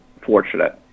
fortunate